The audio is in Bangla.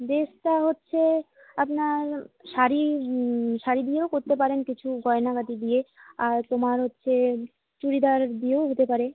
ড্রেসটা হচ্ছে আপনার শাড়ি শাড়ি দিয়েও করতে পারেন কিছু গয়নাগাটি দিয়ে আর তোমার হচ্ছে চুড়িদার দিয়েও হতে পারে